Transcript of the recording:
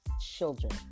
children